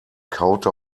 kaute